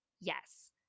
yes